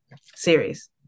series